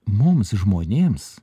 mums žmonėms